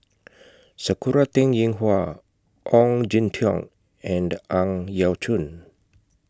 Sakura Teng Ying Hua Ong Jin Teong and Ang Yau Choon